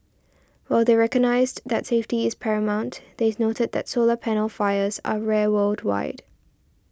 while they recognised that safety is paramount they noted that solar panel fires are rare worldwide